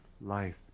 life